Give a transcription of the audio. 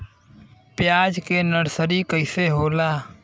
प्याज के नर्सरी कइसे होला?